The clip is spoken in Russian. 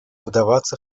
вдаваться